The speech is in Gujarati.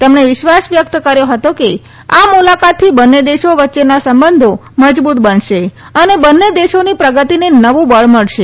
તેમણે વિશ્વાસ વ્યક્ત કર્યો હતો કે આ મુલાકાતથી બંને દેશો વચ્ચેના સંબંધો મજબૂત બનશે અને બંને દેશોની પ્રગતિને નવું બળ મળશે